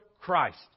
Christ